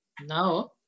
now